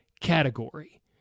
category